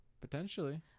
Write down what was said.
Potentially